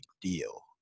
deal